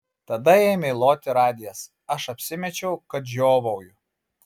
tada ėmė loti radijas aš apsimečiau kad žiovauju